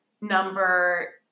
number